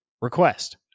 request